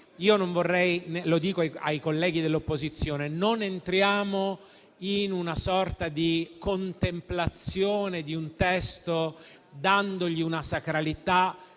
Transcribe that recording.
oggi. Per cui - lo dico ai colleghi dell'opposizione - non entriamo in una sorta di contemplazione di un testo dandogli una sacralità